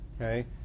okay